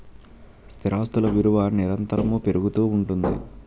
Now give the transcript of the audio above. స్థిరాస్తులు విలువ నిరంతరము పెరుగుతూ ఉంటుంది